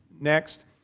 next